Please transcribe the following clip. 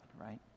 Right